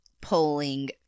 polling